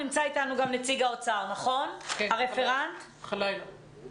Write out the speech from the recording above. נמצא איתנו נציג האוצר מוחמד חלאילה,